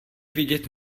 vidět